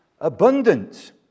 abundant